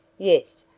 yes,